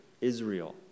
Israel